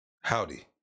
Howdy